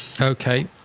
Okay